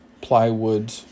plywood